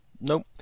Nope